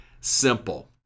simple